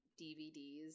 DVDs